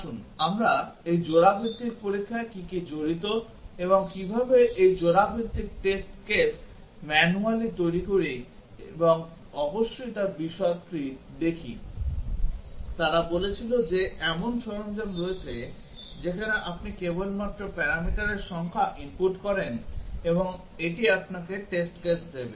আসুন আমরা এই জোড়া ভিত্তিক পরীক্ষায় কী কী জড়িত এবং কীভাবে আমরা এই জোড়া ভিত্তিক টেস্ট কেস ম্যানুয়ালি তৈরি করি এবং অবশ্যই তার বিশদটি দেখি তারা বলেছিল যে এমন সরঞ্জাম রয়েছে যেখানে আপনি কেবলমাত্র প্যারামিটারের সংখ্যা input করেন এবং এটি আপনাকে টেস্ট কেস দেবে